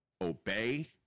obey